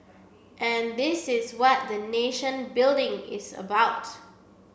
and this is what the nation building is about